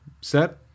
Set